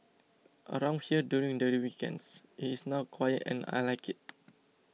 around here during the weekends it is now quiet and I like it